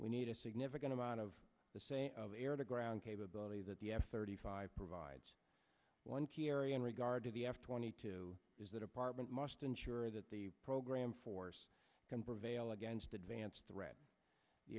we need a significant amount of the say of the air to ground capability that the f thirty five provides one key area in regard to the f twenty two is that apartment must ensure that the program force can prevail against advanced threat the